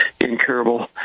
incurable